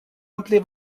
àmplia